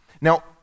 Now